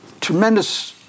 tremendous